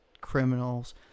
criminals